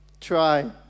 try